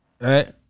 right